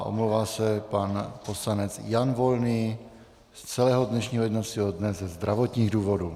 Omlouvá se pan poslanec Jan Volný z celého dnešního jednacího dne ze zdravotních důvodů.